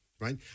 right